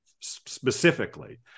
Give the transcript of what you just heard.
specifically